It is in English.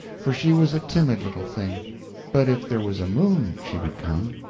for she was a timid little thing but if there was a moon she would come.